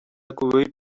көбөйүп